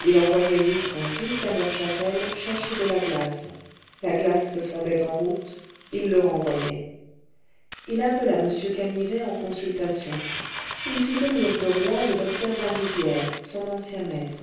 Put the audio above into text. il envoyait justin jusqu'à neufchâtel chercher de la glace la glace se fondait en route il le renvoyait il appela m canivet en consultation il fit venir de rouen le docteur larivière son ancien maître